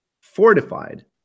fortified